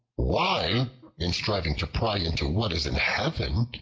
why, in striving to pry into what is in heaven,